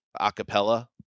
acapella